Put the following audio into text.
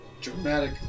Dramatic